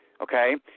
Okay